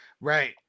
Right